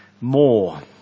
more